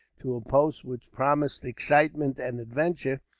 to a post which promised excitement and adventure,